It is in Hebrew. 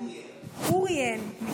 אבל בגלל שקראת אריאל, אריאל לא מופיע.